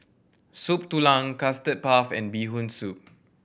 Soup Tulang Custard Puff and Bee Hoon Soup